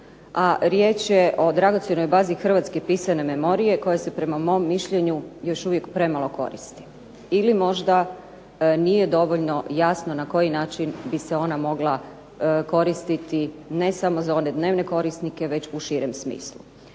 a riječ je o dragocjenoj bazi hrvatske pisane memorije koja se prema mom mišljenju još uvijek premalo koristi, ili možda nije dovoljno jasno na koji način bi se ona mogla koristiti ne samo za one dnevne korisnike, već u širem smislu.